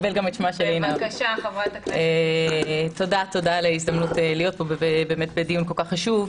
תודה על ההזדמנות להיות פה בדיון כל כך חשוב.